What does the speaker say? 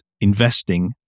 investing